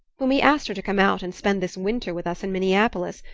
when we asked her to come out and spend this winter with us in minneapolis,